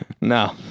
No